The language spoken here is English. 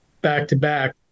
back-to-back